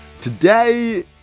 Today